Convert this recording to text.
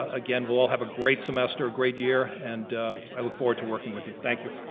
again we'll all have a great semester, a great year, and i look forward to working with you. thank you.